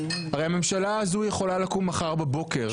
הרי ממשלה הזו יכולה לקום מחר בבוקר.